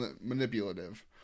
manipulative